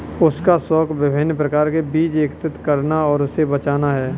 उसका शौक विभिन्न प्रकार के बीज एकत्र करना और उसे बचाना है